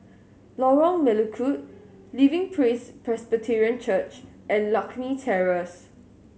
Lorong Melukut Living Praise Presbyterian Church and Lakme Terrace